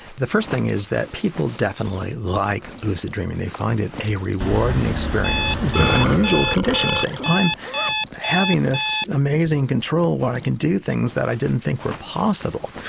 the first thing is that people definitely like lucid dreaming, they find it a rewarding experience. it's an unusual condition. and i'm having this amazing control where i can do things that i didn't think were possible.